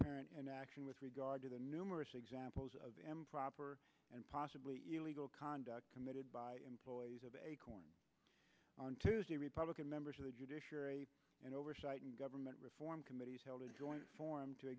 apparent inaction with regard to the numerous examples of improper and possibly legal conduct committed by employees of acorn on tuesday republican members of the judiciary and oversight and government reform committee held a joint forum to